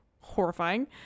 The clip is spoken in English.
Horrifying